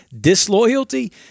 disloyalty